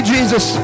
Jesus